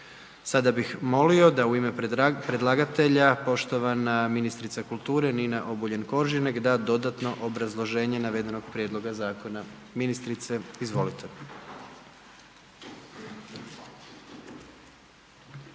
Sada bih molio da u ime predlagatelja poštovana ministrica kulture Nina Obuljen Koržinek da dodatno obrazloženje navedenog prijedloga zakona. Ministrice, izvolite.